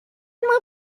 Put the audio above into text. will